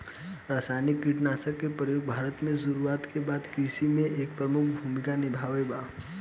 रासायनिक कीटनाशक के प्रयोग भारत में शुरुआत के बाद से कृषि में एक प्रमुख भूमिका निभाइले बा